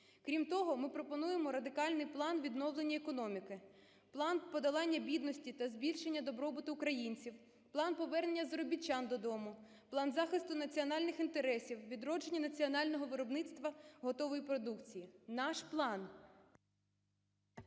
Крім того, ми пропонуємо радикальний план відновлення економіки, план подолання бідності та збільшення добробуту українців, план повернення заробітчан додому, план захисту національних інтересів, відродження національного виробництва готової продукції. Наш план…